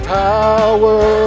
power